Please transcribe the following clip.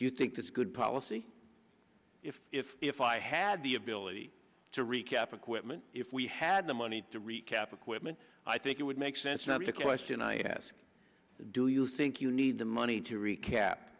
do you think that's good policy if if if i had the ability to recap equipment if we had the money to recap equipment i think it would make sense not be a question i ask do you think you need the money to recap